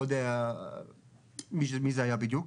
לא יודע מי זה היה בדיוק.